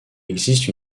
existe